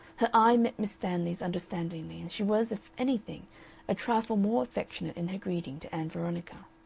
her eye met miss stanley's understandingly, and she was if anything a trifle more affectionate in her greeting to ann veronica.